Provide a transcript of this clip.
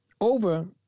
over